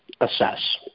assess